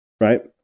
right